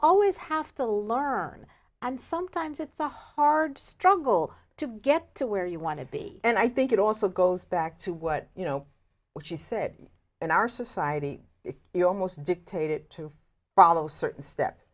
always have to learn and sometimes it's a hard struggle to get to where you want to be and i think it also goes back to what you know what she said in our society if you're almost dictated to follow certain steps